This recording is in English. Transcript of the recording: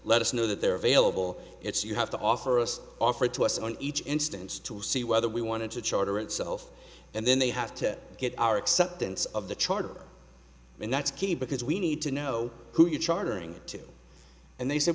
let us know that they're available it's you have to offer us offered to us on each instance to see whether we wanted to charter itself and then they have to get our acceptance of the charter and that's key because we need to know who you're chartering to and they said